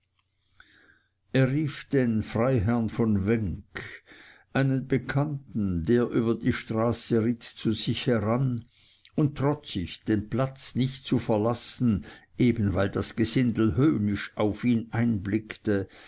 er rief den freiherrn von wenk einen bekannten der über die straße ritt zu sich heran und trotzig den platz nicht zu verlassen eben weil das gesindel höhnisch auf ihn einblickte